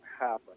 happen